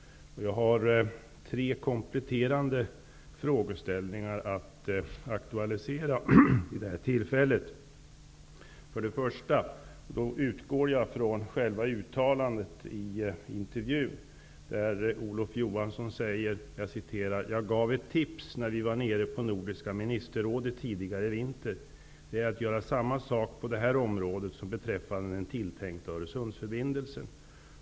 Jag har tre kompletterande frågeställningar att aktualisera vid det här tillfället. Först utgår jag från själva uttalandet i intervjun, där Olof Johansson säger: ''Jag gav ett tips när vi var nere på Nordiska Ministerrådet tidigare i vinter. Det är att göra samma sak på det här området som beträffande den tilltänkta Öresundsförbindelsen.''